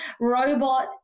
robot